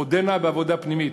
עודנה בעבודה פנימית.